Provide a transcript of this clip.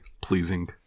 pleasing